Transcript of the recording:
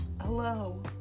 hello